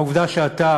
והעובדה שאתה